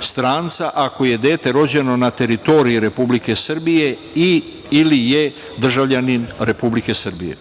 stranca ako je dete rođeno na teritoriji Republike Srbije i ili je državljanin Republike Srbije.